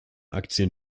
aktien